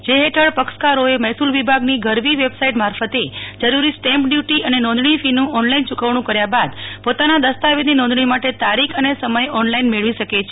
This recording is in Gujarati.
જે ફેઠળ પક્ષકારો એ મહેસૂલ વિભાગની ગરવી વેબસાઇટ મારફતે જરૂરી સ્ટેમ્પ ડ્યુટી અને નોંધણી ફીનું ઓનલાઇન ચુકવણું કર્યા બાદ પોતાના દસ્તાવેજની નોંધણી માટે તારીખ અને સમય ઓનલાઇન મેળવી શકે છે